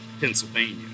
Pennsylvania